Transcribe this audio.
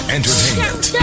Entertainment